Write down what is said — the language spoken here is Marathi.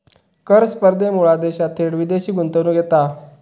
कर स्पर्धेमुळा देशात थेट विदेशी गुंतवणूक येता